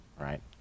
right